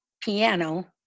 piano